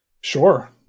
Sure